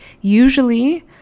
usually